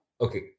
Okay